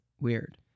Weird